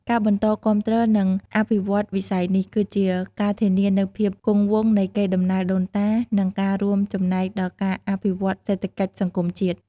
ការបន្តគាំទ្រ និងអភិវឌ្ឍន៍វិស័យនេះ គឺជាការធានានូវភាពគង់វង្សនៃកេរដំណែលដូនតា និងការរួមចំណែកដល់ការអភិវឌ្ឍន៍សេដ្ឋកិច្ចសង្គមជាតិ។